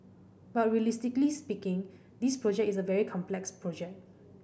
but realistically speaking this project is a very complex project